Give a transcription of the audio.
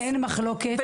אין מחלוקת.